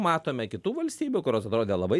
matome kitų valstybių kurios atrodė labai